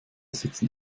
sitzen